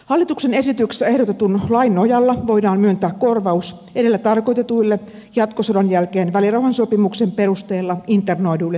hallituksen esityksessä ehdotetun lain nojalla voidaan myöntää korvaus edellä tarkoitetuille jatkosodan jälkeen välirauhansopimuksen perusteella internoiduille siviilihenkilöille